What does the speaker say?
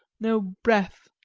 no breath,